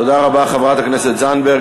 תודה רבה, חברת הכנסת זנדברג.